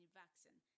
vaccine